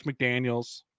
McDaniels